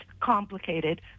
complicated